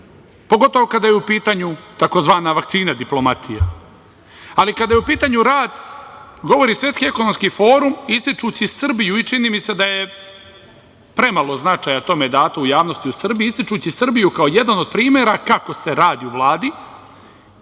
pogotovo kada je u pitanju tzv. vakcina diplomatije. Ali, kada je u pitanju rad, govori Svetski ekonomski forum ističući Srbiju i čini mi se da je premalo značaja tome dato u javnosti u Srbiji, ističući Srbiju kao jedan od primera kako se radi u Vladi